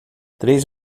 três